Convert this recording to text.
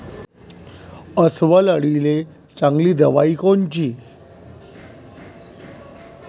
अस्वल अळीले चांगली दवाई कोनची?